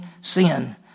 sin